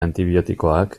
antibiotikoak